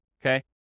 okay